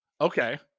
Okay